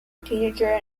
teenager